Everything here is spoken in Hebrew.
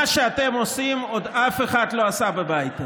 מה שאתם עושים אף אחד עוד לא עשה בבית הזה,